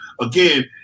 again